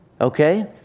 Okay